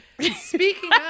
Speaking